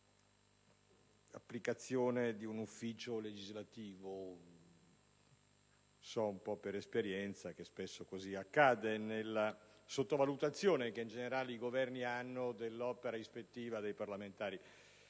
- immagino - di un ufficio legislativo: so per esperienza che spesso così accade, nella sottovalutazione che in generale i Governi hanno dell'opera ispettiva dei parlamentari.